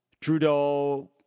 Trudeau